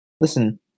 Listen